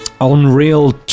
Unreal